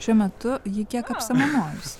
šiuo metu ji kiek apsamanojus